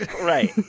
Right